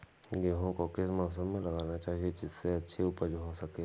गेहूँ को किस मौसम में लगाना चाहिए जिससे अच्छी उपज हो सके?